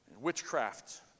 witchcraft